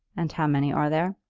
and how many are there?